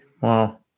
wow